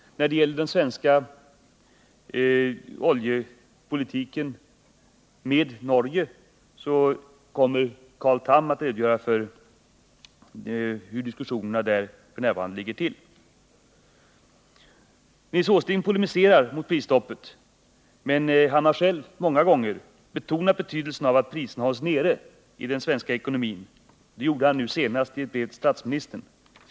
När det gäller den svenska oljepolitiken med Norge kommer Carl Tham att redogöra för hur det f. n. ligger till med de diskussionerna. Nils Åsling polemiserar mot prisstoppet, men han har själv många gånger betonat betydelsen av att priserna hålls nere i den svenska ekonomin. Det gjorde han senast i ett brev till statsministern.